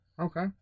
Okay